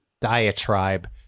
diatribe